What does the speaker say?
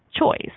choice